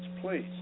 please